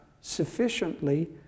sufficiently